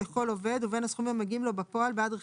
לכל עובד ובין הסכומים המגיעים לו בפועל,